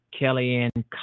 Kellyanne